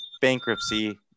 bankruptcy